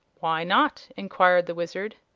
why not? enquired the wizard.